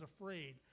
afraid